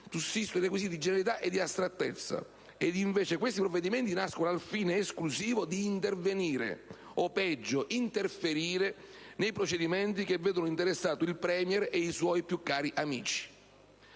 sussistono i requisiti di generalità e astrattezza. Invece, questi provvedimenti nascono al fine esclusivo di intervenire - o peggio, di interferire - nei procedimenti che vedono interessato il *Premier* e i suoi più cari amici.